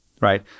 right